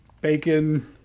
Bacon